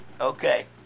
Okay